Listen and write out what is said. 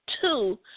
two